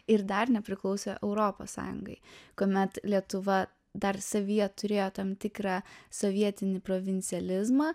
ir dar nepriklausė europos sąjungai kuomet lietuva dar savyje turėjo tam tikrą sovietinį provincializmą